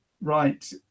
right